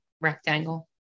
Rectangle